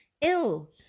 ill